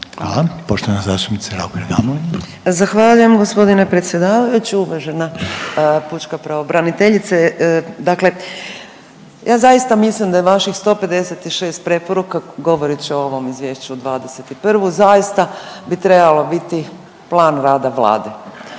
**Raukar-Gamulin, Urša (Možemo!)** Zahvaljujem g. predsjedavajući. Uvažena pučka pravobraniteljice, dakle ja zaista mislim da je vaših 156 preporuka, govorit ću o ovom izvješću '21., zaista bi trebalo biti plan rada Vlade,